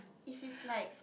if is like